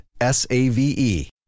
S-A-V-E